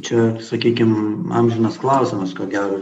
čia sakykim amžinas klausimas ko gero